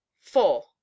Four